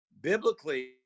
Biblically